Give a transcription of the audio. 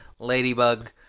ladybug